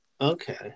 Okay